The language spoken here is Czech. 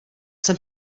jsem